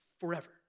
forever